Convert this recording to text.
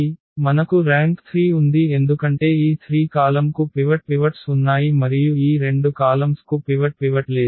కాబట్టి మనకు ర్యాంక్ 3 ఉంది ఎందుకంటే ఈ 3 కాలమ్ కు పివట్స్ ఉన్నాయి మరియు ఈ రెండు కాలమ్స్ కు పివట్ లేదు